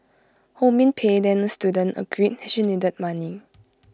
ho min Pei then A student agreed has she needed money